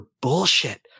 bullshit